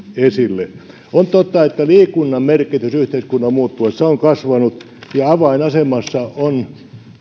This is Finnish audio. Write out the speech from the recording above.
esille on totta että liikunnan merkitys yhteiskunnan muuttuessa on kasvanut ja avainasemassa on